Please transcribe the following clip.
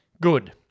good